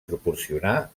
proporcionar